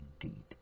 indeed